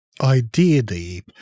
ideally